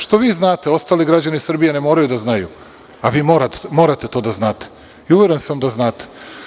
Što vi znate, ostali građani Srbije ne moraju da znaju, a vi morate to da znate i uveren sam da znate.